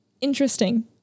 interesting